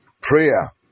Prayer